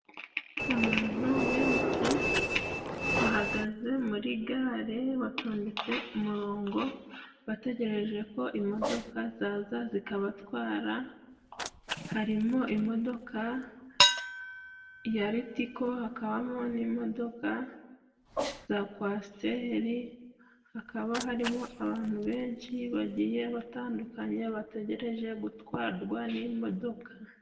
Abantu benshi bahagaze muri gare batondetse umurongo, bategereje ko imodoka zaza zikabatwara, harimo imodoka ya Ritiko, hakabamo n'imodoka za kwasiteri, hakaba harimo abantu benshi bagiye batandukanye bategereje gutwarwa n'imodoka.